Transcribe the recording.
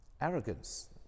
Arrogance